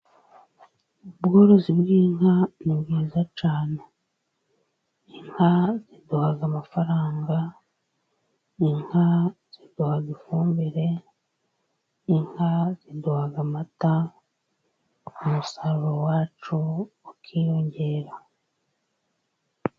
Ubworozi bw'inka ni bwiza cyane. Inka ziduha amafaranga, inka zikahaduha ifumbire, inka ziduha amata, umusaruro wacu ukiyongera.